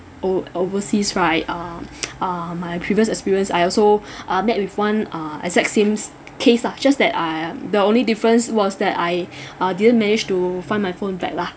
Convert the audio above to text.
o~ overseas right um uh my previous experience I also uh met with one uh exact same case lah just that um the only difference was that I uh didn't manage to find my phone back lah